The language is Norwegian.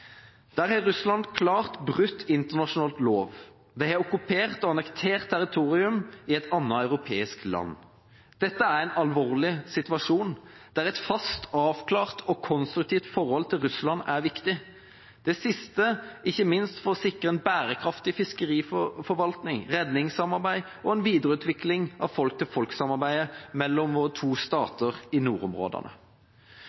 Der har Russland klart brutt internasjonal lov. De har okkupert og annektert territorium i et annet europeisk land. Dette er en alvorlig situasjon, der et fast, avklart og konstruktivt forhold til Russland er viktig – det siste ikke minst for å sikre en bærekraftig fiskeriforvaltning, redningssamarbeid og en videreutvikling av folk-til-folk-samarbeidet mellom våre to